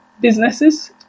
businesses